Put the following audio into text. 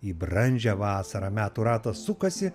į brandžią vasarą metų ratas sukasi